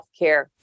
healthcare